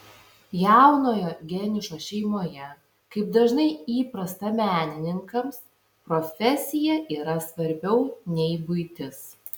jaunojo geniušo šeimoje kaip dažnai įprasta menininkams profesija yra svarbiau nei buitis